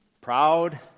Proud